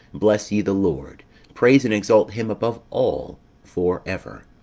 bless ye the lord praise and exalt him above all for ever.